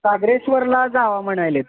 सागरेश्वरला जा म्हणायलेत